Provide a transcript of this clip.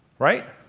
right?